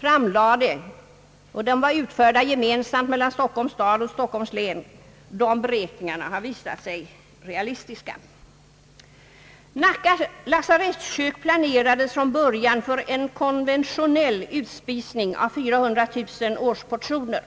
framlade — de var utförda gemensamt mellan Stockholms stad och Stockholms län — har varit realistiska. Nacka lasarettskök planerades från början för en konventionell produktion av 400000 årsportioner.